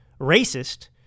racist